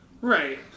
Right